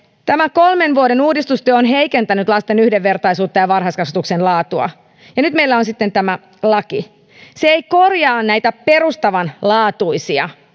tämä kolmen vuoden uudistustyö on heikentänyt lasten yhdenvertaisuutta ja varhaiskasvatuksen laatua ja nyt meillä on sitten tämä laki se ei korjaa näitä perustavanlaatuisia